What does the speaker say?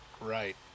Right